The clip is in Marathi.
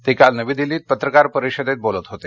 ते काल नवी दिल्लीत पत्रकार परिषदेत बोलत होते